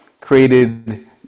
created